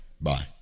Bye